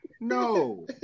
No